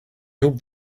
hoped